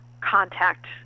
contact